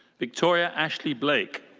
victoria ashlee blake.